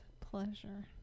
pleasure